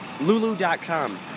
Lulu.com